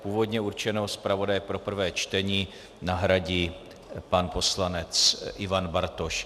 Původně určeného zpravodaje pro prvé čtení nahradí poslanec Ivan Bartoš.